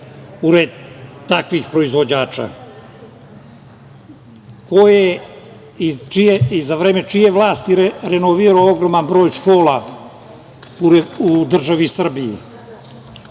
u red takvih proizvođača. Ko je i za vreme čije vlasti renovirao ogroman broj škola u državi Srbiji? Kome